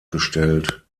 gestellt